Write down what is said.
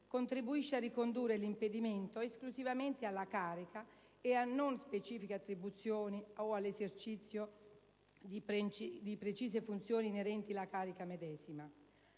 contribuisce a ricondurre l'impedimento esclusivamente alla carica e non a specifiche attribuzioni o all'esercizio di precise funzioni inerenti la carica medesima.